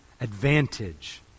advantage